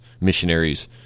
missionaries